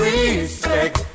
Respect